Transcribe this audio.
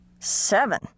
Seven